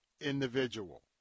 individual